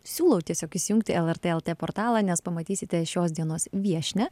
siūlau tiesiog įsijungti lrt portalą nes pamatysite šios dienos viešnią